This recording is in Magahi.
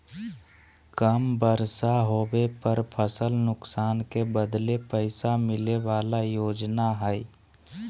कम बर्षा होबे पर फसल नुकसान के बदले पैसा मिले बला योजना हइ